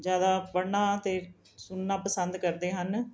ਜ਼ਿਆਦਾ ਪੜ੍ਹਨਾ ਅਤੇ ਸੁਣਨਾ ਪਸੰਦ ਕਰਦੇ ਹਨ